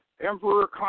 Emperor